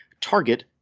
target